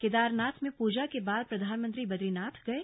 केदारनाथ में पूजा के बाद प्रधानमंत्री बदरीनाथ गए